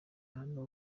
hano